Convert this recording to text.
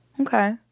Okay